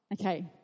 Okay